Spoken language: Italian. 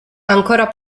ancora